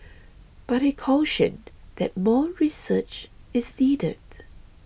but he cautioned that more research is needed